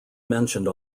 mentioned